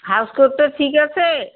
house কোটটা ঠিক আছে